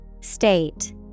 state